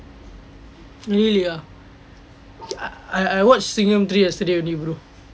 really ah I watch சிங்கம்:singham three yesterday only bro